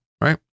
right